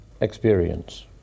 experience